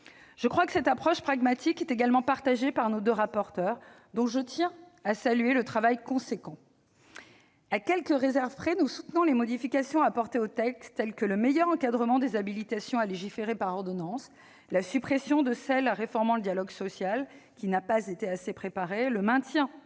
Je crois que cette approche pragmatique est également partagée par nos deux rapporteurs, dont je tiens à saluer le travail considérable. À quelques réserves près, nous soutenons les modifications apportées au texte telles que le meilleur encadrement des habilitations à légiférer par ordonnances, la suppression de l'habilitation réformant le dialogue social qui n'a pas été assez préparée, le maintien